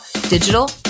digital